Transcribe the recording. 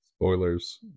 Spoilers